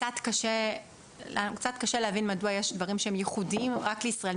קצת קשה להבין מדוע יש דברים שהם ייחודיים רק לישראל.